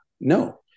No